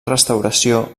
restauració